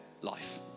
life